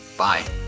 Bye